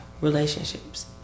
relationships